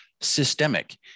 systemic